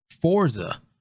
Forza